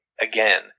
again